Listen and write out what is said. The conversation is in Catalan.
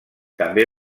també